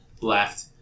left